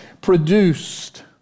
produced